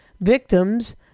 victims